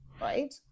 right